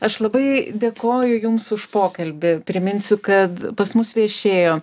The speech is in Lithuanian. aš labai dėkoju jums už pokalbį priminsiu kad pas mus viešėjo